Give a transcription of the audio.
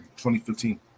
2015